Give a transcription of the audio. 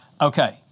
Okay